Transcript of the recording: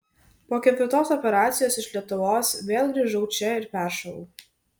po ketvirtos operacijos iš lietuvos vėl grįžau čia ir peršalau